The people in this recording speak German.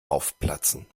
aufplatzen